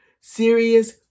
serious